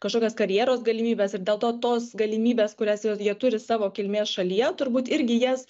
kažkokias karjeros galimybes ir dėl to tos galimybės kurias jie turi savo kilmės šalyje turbūt irgi jas